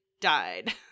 died